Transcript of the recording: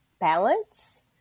balance